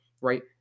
right